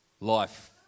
life